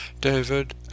David